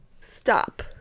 Stop